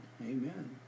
amen